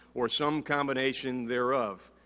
or some combination thereof,